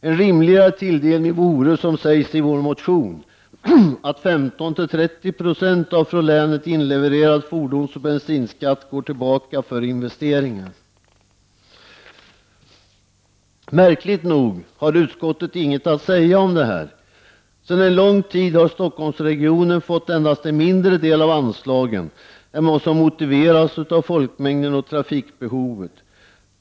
En rimligare tilldelning vore, som sägs i vår motion, att 15—30 96 av från länet inlevererad fordonsoch bensinskatt går tillbaka för investeringar. Märkligt nog har utskottet inget att säga om detta. Sedan en lång tid tillbaka har Stockholmsregionen endast fått en mindre del av anslagen än vad som motiveras av folkmängden och trafikbehovet.